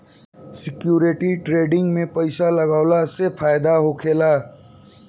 security trading में पइसा लगावला से फायदा होखेला